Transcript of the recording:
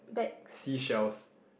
seashells